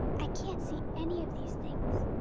i can't see any of these things,